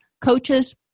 coaches